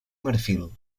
marfil